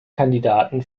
kandidaten